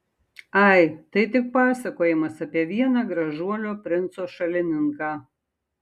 ai tai tik pasakojimas apie vieną gražuolio princo šalininką